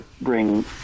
bring